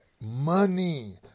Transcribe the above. money